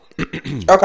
Okay